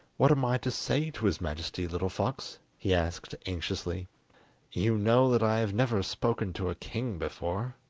what am i to say to his majesty, little fox he asked anxiously you know that i have never spoken to a king before